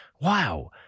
wow